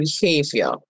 behavior